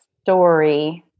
story